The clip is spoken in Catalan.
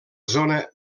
zona